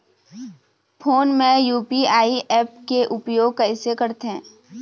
Phone मे UPI app के उपयोग कइसे करथे?